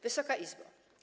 Wysoka Izbo!